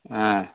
ஆ